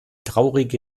traurige